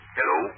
Hello